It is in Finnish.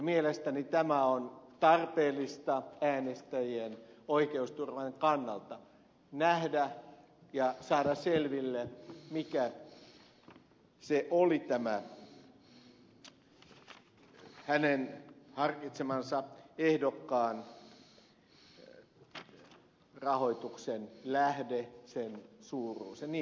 mielestäni on tarpeellista äänestäjien oikeusturvan kannalta nähdä ja saada selville mikä oli tämä hänen harkitsemansa ehdokkaan rahoituksen lähde sen suuruus ja niin edelleen